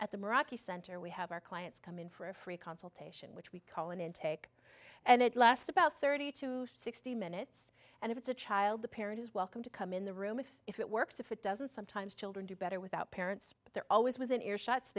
at the maracas center we have our clients come in for a free consultation which we call an intake and it lasts about thirty to sixty minutes and if it's a child the parent is welcome to come in the room if it works if it doesn't sometimes children do better without parents but they're always within earshot so